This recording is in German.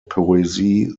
poesie